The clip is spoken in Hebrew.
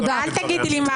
אל תגידי לי "מה הקשר".